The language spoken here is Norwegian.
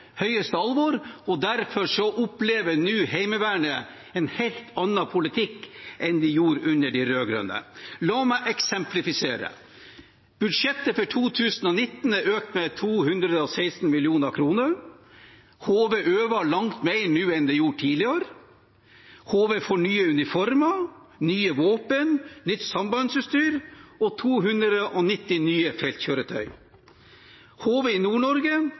høyeste alvor, og derfor opplever nå Heimevernet en helt annen politikk enn de gjorde under de rød-grønne. La meg eksemplifisere: Budsjettet for 2019 er økt med 216 mill. kr. HV øver langt mer nå enn de gjorde tidligere. HV får nye uniformer, nye våpen, nytt sambandsutstyr og 290 nye feltkjøretøy. HV i